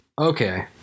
Okay